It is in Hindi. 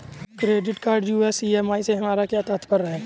क्रेडिट कार्ड यू.एस ई.एम.आई से हमारा क्या तात्पर्य है?